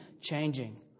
changing